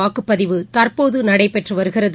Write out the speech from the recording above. வாக்குப்பதிவு தற்போது நடைபெற்று வருகிறது